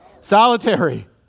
Solitary